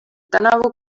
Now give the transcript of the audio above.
tänavu